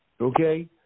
okay